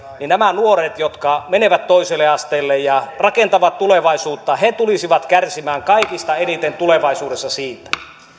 niin nämä nuoret jotka menevät toiselle asteelle ja rakentavat tulevaisuutta tulisivat kärsimään kaikista eniten tulevaisuudessa siitä